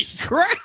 crap